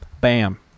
Bam